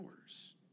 hours